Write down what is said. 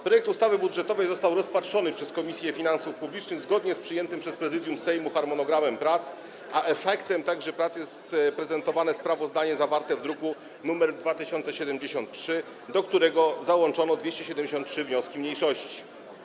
Projekt ustawy budżetowej został rozpatrzony przez Komisję Finansów Publicznych zgodnie z przyjętym przez Prezydium Sejmu harmonogramem prac, a efektem tychże prac jest prezentowane sprawozdanie zawarte w druku nr 2073, do którego załączono 273 wnioski mniejszości.